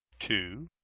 two.